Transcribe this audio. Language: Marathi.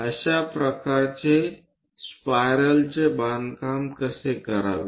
अशा प्रकारच्या स्पायरलचे बांधकाम कसे करावे